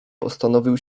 postanowił